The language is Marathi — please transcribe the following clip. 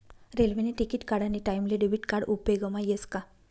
रेल्वेने तिकिट काढानी टाईमले डेबिट कार्ड उपेगमा यस का